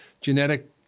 genetic